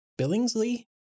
Billingsley